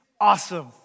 awesome